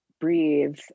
breathe